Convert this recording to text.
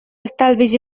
estalvis